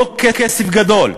לא כסף גדול.